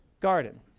garden